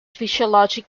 physiologic